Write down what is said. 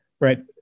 right